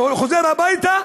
שחוזר הביתה,